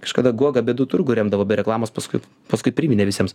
kažkada guoga bėdų turgų remdavo be reklamos paskui paskui priminė visiems